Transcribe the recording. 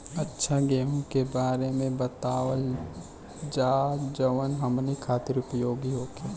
अच्छा गेहूँ के बारे में बतावल जाजवन हमनी ख़ातिर उपयोगी होखे?